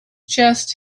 chest